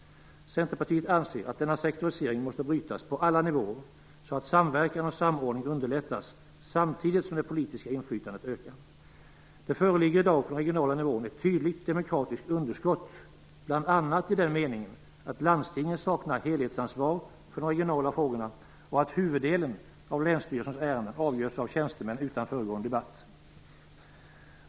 Centerpartiet anser att denna sektorisering måste brytas på alla nivåer, så att samverkan och samordning underlättas samtidigt som det politiska inflytandet ökar. Det föreligger i dag på den regionala nivån ett tydligt demokratiskt underskott, bl.a. i den meningen att landstingen saknar helhetsansvar för de regionala frågorna och att huvuddelen av länsstyrelsens ärenden avgörs av tjänstemän utan föregående debatt.